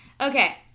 Okay